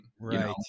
right